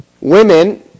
women